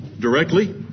directly